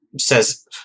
says